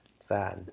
sad